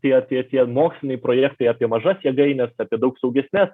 tie tie tie moksliniai projektai apie mažas jėgaines apie daug saugesnes